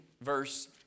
verse